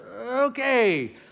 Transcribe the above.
okay